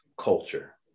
culture